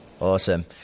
awesome